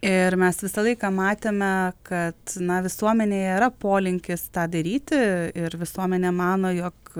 ir mes visą laiką matėme kad na visuomenėje yra polinkis tą daryti ir visuomenė mano jog